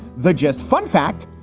the just fun fact.